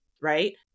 right